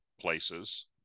places